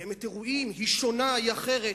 מקיימת אירועים, היא שונה, היא אחרת.